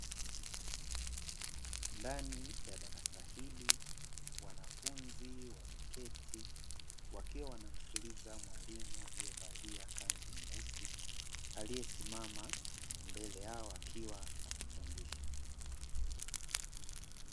Ndani ya darasa hili, wanafunzi wameketi wakiwa wanamsikiliza mwalimu aliyevalia kanzu nyeusi, aliyesimama mbele yao akiwa anafundisha.